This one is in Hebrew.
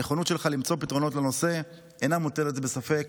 הנכונות שלך למצוא פתרונות אינה מוטלת בספק.